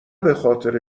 بخاطر